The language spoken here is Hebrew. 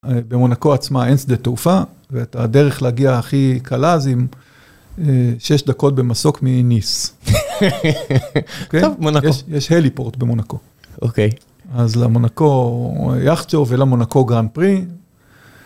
במונקו עצמה אין שדה תעופה, והדרך להגיע הכי קלה זה עם שש דקות במסוק מניס. טוב, מונקו. יש הליפורט במונקו. אוקיי. אז למונקו יחצ'ו ולמונקו גרנפרי.